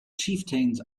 chieftains